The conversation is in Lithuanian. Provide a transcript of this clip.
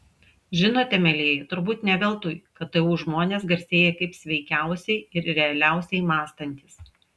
žinote mielieji turbūt ne veltui ktu žmonės garsėja kaip sveikiausiai ir realiausiai mąstantys